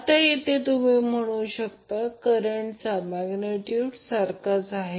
आता येते तुम्ही म्हणू शकता की करंटचा मॅग्नेट्यूड सारखाच आहे